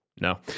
No